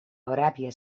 aràbia